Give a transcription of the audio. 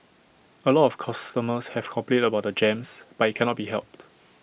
A lot of customers have complained about the jams but IT cannot be helped